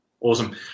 Awesome